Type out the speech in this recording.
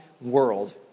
world